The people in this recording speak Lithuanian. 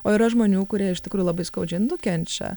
o yra žmonių kurie iš tikrųjų labai skaudžiai nukenčia